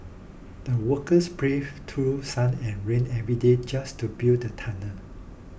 the workers braved through sun and rain every day just to build the tunnel